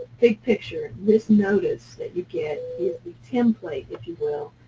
big picture, this notice that you get is the template, if you will,